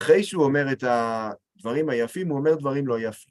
אחרי שהוא אומר את הדברים היפים, הוא אומר דברים לא יפים.